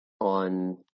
on